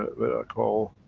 what i call,